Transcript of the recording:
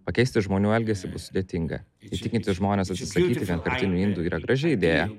pakeisti žmonių elgesį bus sudėtinga įtikinti žmones atsisakyti vienkartinių indų yra graži idėja